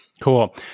Cool